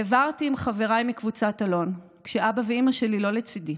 העברתי עם חבריי מקבוצת אלון כשאבא ואימא שלי לא לצידי.